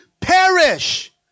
perish